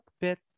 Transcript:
bit